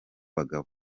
bagabo